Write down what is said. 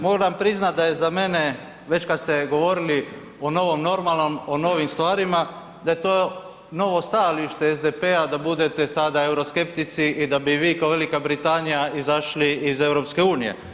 Moram priznati da je za mene već kada ste govorili o novom normalnom, o novim stvarima da je to novo stajalište SDP-a da budete sada euroskeptici i da bi vi kao Velika Britanija izašli iz EU.